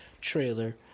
trailer